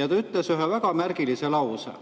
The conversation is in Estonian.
Ja ta ütles ühe väga märgilise lause: